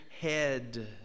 head